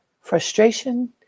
frustration